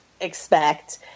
expect